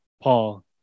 Paul